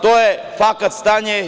To je fakat stanje.